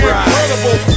incredible